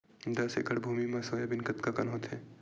दस एकड़ भुमि म सोयाबीन कतका कन होथे?